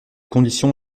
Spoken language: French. conditions